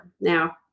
Now